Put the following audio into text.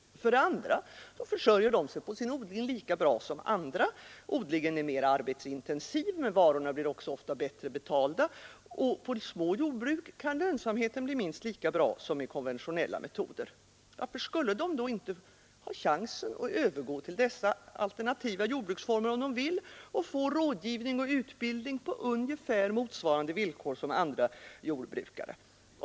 För det andra så försörjer de sig på sin odling lika bra som andra. Odlingen är mer arbetsintensiv, men varorna blir också bättre betalda, och på små jordbruk kan lönsamheten bli minst lika bra som med konventionella metoder. Varför skulle då inte dessa odlare få chansen att övergå till alternativa jordbruksformer och få rådgivning och utbildning på ungefär samma villkor som andra jordbrukare?